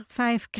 vijf